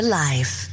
life